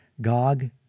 Gog